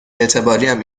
اعتباریم